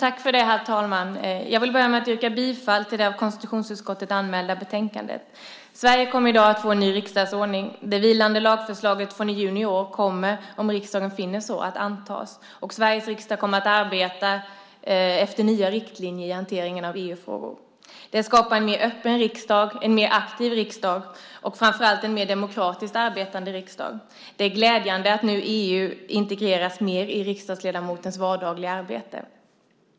Herr talman! Jag vill börja med att yrka bifall till förslaget i konstitutionsutskottets betänkande. Sverige kommer i dag att få en ny riksdagsordning. Det vilande lagförslaget från i juni i år kommer, om riksdagen så finner, att antas, och Sveriges riksdag kommer att arbeta efter nya riktlinjer i hanteringen av EU-frågor. Det skapar en mer öppen riksdag, en mer aktiv riksdag och framför allt en mer demokratiskt arbetande riksdag. Det är glädjande att EU nu integreras mer i riksdagsledamotens vardagliga arbete.